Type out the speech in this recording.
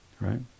right